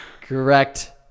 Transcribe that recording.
correct